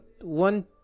one